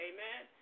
Amen